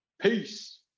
Peace